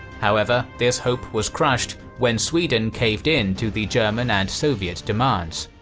however, this hope was crushed when sweden caved in to the german and soviet demands.